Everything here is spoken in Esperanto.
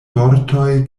vortoj